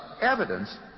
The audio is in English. evidence